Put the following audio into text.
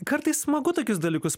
kartais smagu tokius dalykus